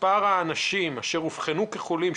מספר האנשים שאשר אובחנו כחולים,